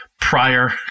prior